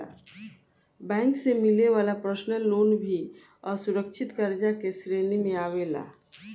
bank से मिले वाला पर्सनल लोन भी असुरक्षित कर्जा के श्रेणी में आवेला